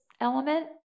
element